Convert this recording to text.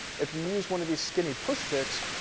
if you use one of these skinny push sticks,